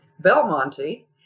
Belmonte